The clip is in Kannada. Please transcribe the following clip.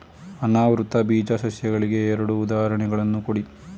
ಅನಾವೃತ ಬೀಜ ಸಸ್ಯಗಳಿಗೆ ಎರಡು ಉದಾಹರಣೆಗಳನ್ನು ಕೊಡಿ